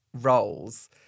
roles